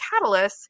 catalysts